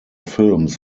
films